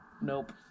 Nope